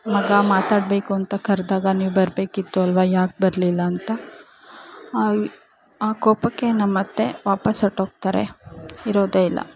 ಮಗ ಮಾತಾಡ್ಬೇಕೂಂತ ಕರೆದಾಗ ನೀವು ಬರಬೇಕಿತ್ತು ಅಲ್ವಾ ಯಾಕೆ ಬರಲಿಲ್ಲಾಂತ ಆ ಕೋಪಕ್ಕೆ ನಮ್ಮ ಅತ್ತೆ ವಾಪಾಸ್ ಹೊರಟ್ಹೋಗ್ತಾರೆ ಇರೋದೆ ಇಲ್ಲ